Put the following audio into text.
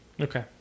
Okay